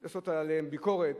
לעשות עליהם ביקורת,